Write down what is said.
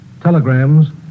telegrams